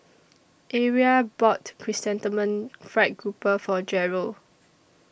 Aria bought Chrysanthemum Fried Grouper For Jerel